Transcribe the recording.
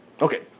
Okay